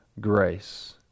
grace